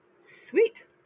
Sweet